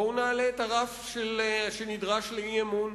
בואו נעלה את הרף שנדרש לאי-אמון.